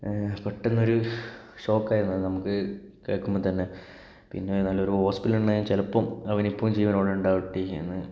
പെട്ടെന്നൊരു ഷോക്ക് ആയിരുന്നു നമുക്ക് കേൾക്കുമ്പോൾ തന്നെ പിന്നെ ഒരു ഹോസ്പിറ്റൽ ഉണ്ടായിരുന്നേൽ ചിലപ്പം അവനിപ്പോൾ ജീവനോടെ ഉണ്ടായിരുന്നേനെ